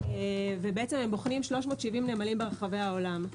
ובוחנים 370 נמלים ברחבי העולם.